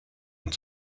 und